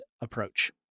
approach